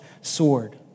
sword